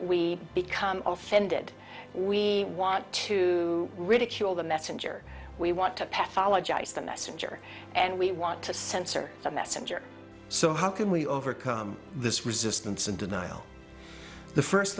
we become offended we want to ridicule the messenger we want to pass the messenger and we want to censor the messenger so how can we overcome this resistance and denial the first